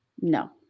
No